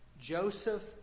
Joseph